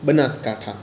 Banaskantha